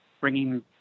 bringing